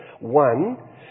One